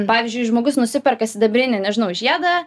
pavyzdžiui žmogus nusiperka sidabrinį nežinau žiedą